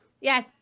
yes